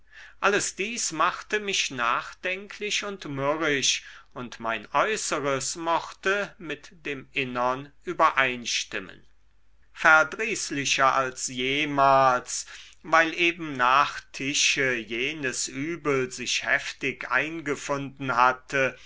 alles dies machte mich nachdenklich und mürrisch und mein äußeres mochte mit dem innern übereinstimmen verdrießlicher als jemals weil eben nach tische jenes übel sich heftig eingefunden hatte